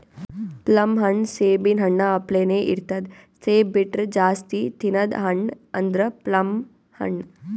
plum ಹಣ್ಣ್ ಸೇಬಿನ್ ಹಣ್ಣ ಅಪ್ಲೆನೇ ಇರ್ತದ್ ಸೇಬ್ ಬಿಟ್ರ್ ಜಾಸ್ತಿ ತಿನದ್ ಹಣ್ಣ್ ಅಂದ್ರ ಪ್ಲಮ್ ಹಣ್ಣ್